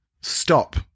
stop